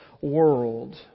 world